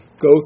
go